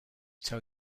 tell